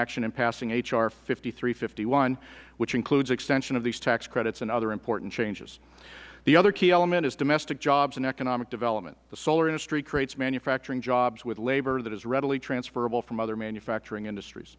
action in passing h r five thousand three hundred and fifty one which includes extension of these tax credits and other important changes the other key element is domestic jobs and economic development the solar industry creates manufacturing jobs with labor that is readily transferrable from other manufacturing industr